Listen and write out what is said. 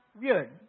weird